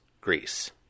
Greece